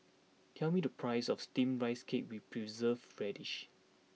tell me the price of Steamed Rice Cake with Preserved Radish